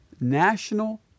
national